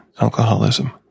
alcoholism